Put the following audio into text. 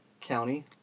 County